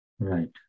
Right